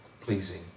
pleasing